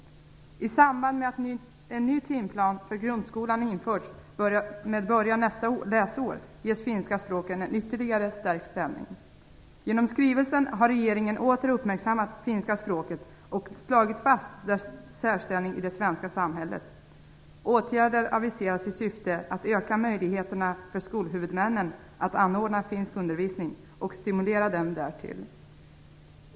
I samband med att en ny timplan för grundskolan införs nästa läsår sker en ytterligare förstärkning av finska språkets ställning. Genom skrivelsen har regeringen åter uppmärksammat finska språket och slagit fast dess särställning i det svenska samhället. Åtgärder aviseras i syfte att öka möjligheterna för skolhuvudmännen att anordna finsk undervisning och därtill stimulera den.